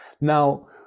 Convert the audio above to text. now